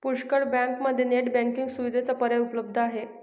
पुष्कळ बँकांमध्ये net banking सुविधेचा पर्याय उपलब्ध आहे